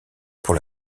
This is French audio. pour